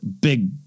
big